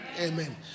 Amen